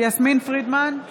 יסמין פרידמן,